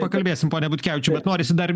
pakalbėsim pone butkevičiau bet norisi dar